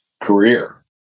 career